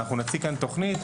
אנחנו נציג כאן תוכנית,